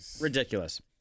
ridiculous